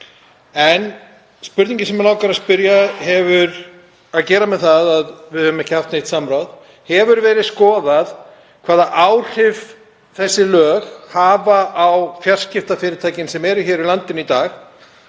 En spurningin sem mig langar að spyrja varðar það að við höfum ekki haft neitt samráð: Hefur verið skoðað hvaða áhrif þessi lög hafa á fjarskiptafyrirtækin sem eru hér í landinu í dag?